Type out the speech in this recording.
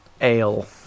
Ale